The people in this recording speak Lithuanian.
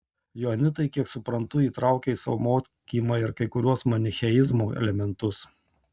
joanitai kiek suprantu įtraukia į savo mokymą ir kai kuriuos manicheizmo elementus